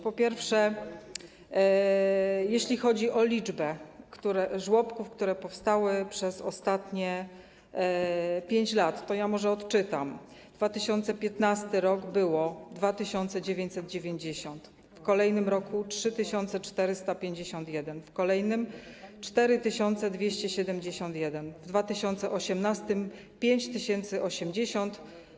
Po pierwsze, jeśli chodzi o liczbę żłobków, które powstały przez ostatnich 5 lat, to ja może odczytam dane: w 2015 r. było 2990 żłobków, w kolejnym roku - 3451, w kolejnym - 4271, w 2018 r. - 5080.